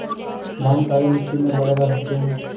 धान काली मिट्टी में लगा सकते हैं?